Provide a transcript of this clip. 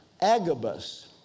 Agabus